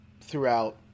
throughout